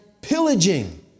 pillaging